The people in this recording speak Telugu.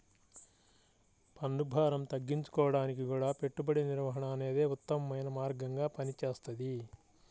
పన్నుభారం తగ్గించుకోడానికి గూడా పెట్టుబడి నిర్వహణ అనేదే ఉత్తమమైన మార్గంగా పనిచేస్తది